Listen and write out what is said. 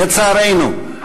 לצערנו,